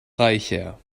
reicher